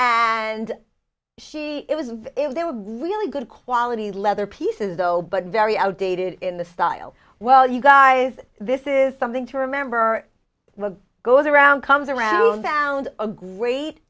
and she it was if they were really good quality leather pieces though but very outdated in the style well you guys this is something to remember the goes around comes around downed a great